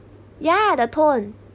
ya the tone